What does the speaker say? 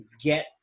get